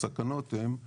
הסכנות הן א.